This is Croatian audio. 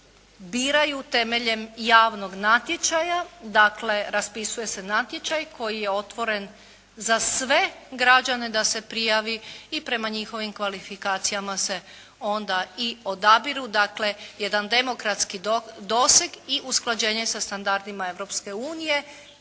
biraju temeljem javnog natječaja, dakle raspisuje se natječaj koji je otvoren za sve građane da se prijavi i prema njihovim kvalifikacijama se onda i odabiru. Dakle, jedan demokratski doseg i usklađenje sa standardima